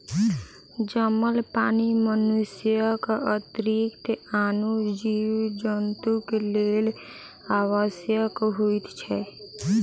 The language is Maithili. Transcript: जमल पानि मनुष्यक अतिरिक्त आनो जीव जन्तुक लेल आवश्यक होइत छै